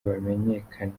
bamenyekanye